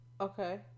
Okay